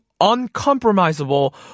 uncompromisable